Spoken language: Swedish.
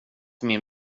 min